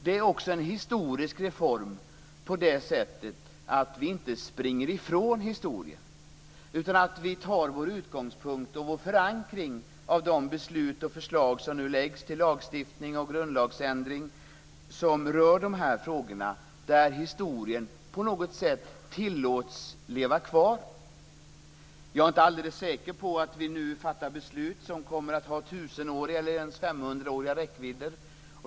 Det är också en historisk reform på det sättet att vi inte springer ifrån historien. Vår utgångspunkt och vår förankring av de beslut och förslag som nu läggs till lagstiftning och grundlagsändring som rör de här frågorna är att historien på något sätt tillåts leva kvar. Jag är inte alldeles säker på att vi nu fattar beslut som kommer att ha tusenåriga eller ens femhundraåriga räckvidder.